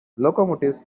locomotives